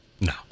No